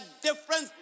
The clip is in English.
difference